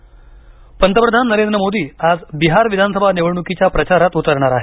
मोदी बिहार पंतप्रधान नरेंद्र मोदी आज बिहार विधानसभा निवडणुकीच्या प्रचारात उतरणार आहेत